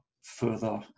further